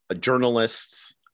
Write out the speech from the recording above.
journalists